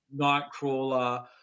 Nightcrawler